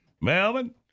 Melvin